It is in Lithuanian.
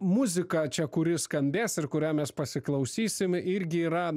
muzika čia kuri skambės ir kurią mes pasiklausysim irgi yra